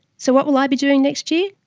so what will i be doing next year?